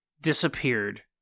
disappeared